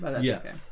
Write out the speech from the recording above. Yes